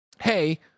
hey